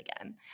again